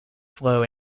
flow